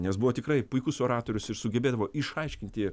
nes buvo tikrai puikus oratorius ir sugebėdavo išaiškinti